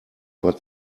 but